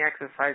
exercise